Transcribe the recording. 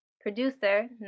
Producer